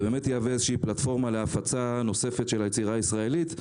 זה יהווה פלטפורמה להפצה נוספת של היצירה הישראלית,